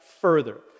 further